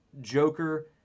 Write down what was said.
Joker